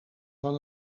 van